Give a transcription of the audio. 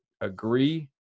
agree